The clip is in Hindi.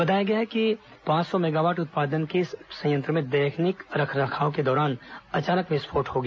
बताया जाता है कि पांच सौ मेगावॉट उत्पादन के इस संयंत्र में दैनिक रखरखाव के दौरान अचानक विस्फोट हो गया